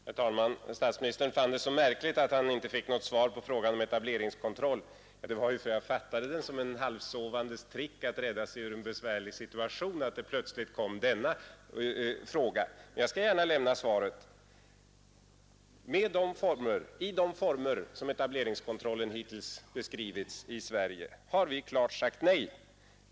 Herr talman! Statsministern fann det märkligt att han inte fick något svar på frågan om etableringskontroll. Att jag inte svarade berodde på att jag fattade frågan som den halvsovandes trick att rädda sig ur en besvärlig situation. Jag skall gärna lämna svaret. Till en etableringskontroll i sådana former som hittills beskrivits har vi klart sagt nej.